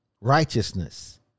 righteousness